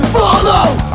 follow